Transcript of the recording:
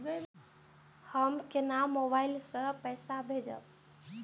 हम केना मोबाइल से पैसा भेजब?